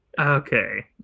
Okay